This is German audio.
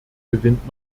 gewinnt